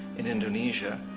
in indonesia,